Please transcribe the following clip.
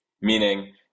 Meaning